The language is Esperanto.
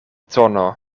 tono